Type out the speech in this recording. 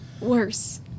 worse